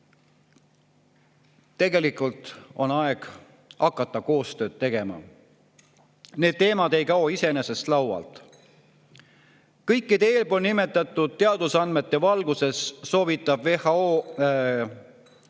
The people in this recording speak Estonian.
Tegelikult on aeg hakata koostööd tegema. Need teemad ei kao iseenesest laualt. Kõikide eespool nimetatud teadusandmete valguses soovitab WHO,